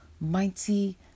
mighty